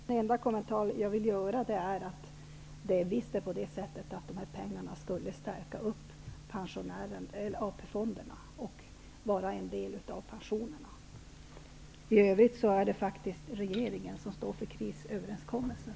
Herr talman! Den enda kommentar jag vill göra är att det visst är så att dessa pengar skulle stärka AP fonderna och vara en del av pensionerna. I övrigt är det regeringen som står för krisöverenskommelsen.